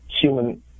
human